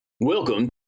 Welcome